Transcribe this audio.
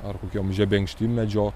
ar kokiom žebenkštim medžiot